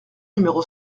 numéro